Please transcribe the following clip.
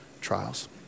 trials